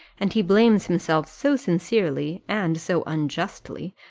and he blames himself so sincerely, and so unjustly,